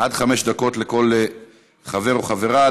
עד חמש דקות לכל חבר וחברה.